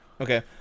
okay